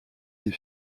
des